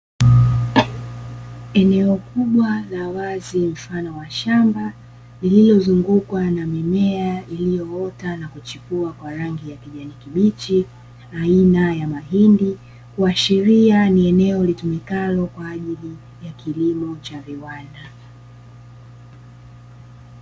Eneo kubwa la wazi mfano wa shamba lililozungukwa na mimea iliyoota na kuchepua kwa rangi ya kijani kibichi aina ya mahindi, kuashirira ni eneo litumikalo kwa ajili ya kilimo cha viwanda.